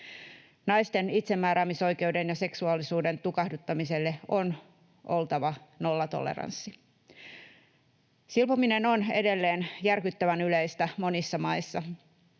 Naisten itsemääräämisoikeuden ja seksuaalisuuden tukahduttamiselle on oltava nollatoleranssi. Silpominen on edelleen järkyttävän yleistä monissa maissa.